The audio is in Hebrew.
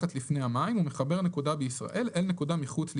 מתחת לפני המים ומחבר נקודה בישראל אל נקודה מחוץ לישראל,